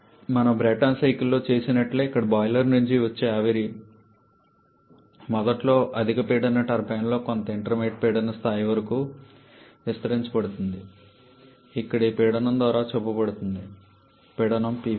మనం బ్రేటన్ సైకిల్లో చేసినట్లే ఇక్కడ బాయిలర్ నుండి వచ్చే ఆవిరి మొదట్లో అధిక పీడన టర్బైన్లో కొంత ఇంటర్మీడియట్ పీడన స్థాయి వరకు విస్తరించబడుతుంది ఇక్కడ ఈ పీడనం ద్వారా చూపబడుతుంది పీడనం P4